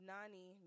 Nani